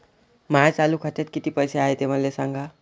माया चालू खात्यात किती पैसे हाय ते मले सांगा